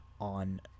on